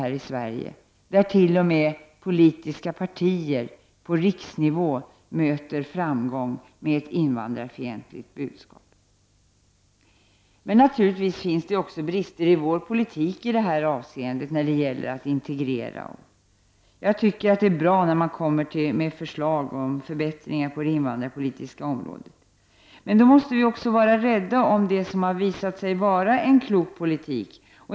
I vissa länder möter t.o.m. politiska partier på riksnivå framgångar med ett invandrarfientligt budskap. Naturligtvis finns det även brister i vår politik i detta avseende när det gäller att integrera. Jag tycker att det är bra när det läggs fram förslag om förbättringar på det invandrarpolitiska området. Men då måste vi även vara rädda om det som har visat sig vara en klok politik.